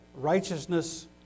righteousness